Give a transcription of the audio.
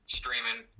streaming